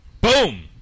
Boom